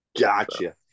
Gotcha